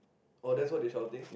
oh that's what they shouting